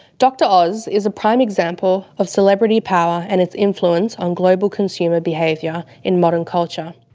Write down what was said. dr oz is a prime example of celebrity power and its influence on global consumer behaviour in modern culture.